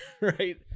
right